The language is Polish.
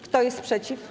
Kto jest przeciw?